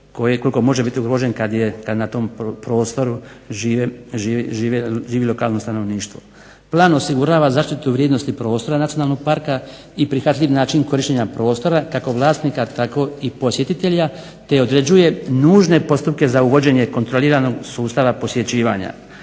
koliko može biti ugrožen kad na tom prostoru živi lokalno stanovništvo. Plan osigurava zaštitu vrijednosti prostora nacionalnog parka i prihvatljiv način korištenja prostora kako vlasnika tako i posjetitelja te određuje nužne postupke za uvođenje kontroliranog sustava posjećivanja.